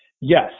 Yes